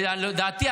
ולדעתי,